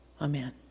Amen